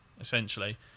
essentially